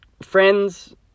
friends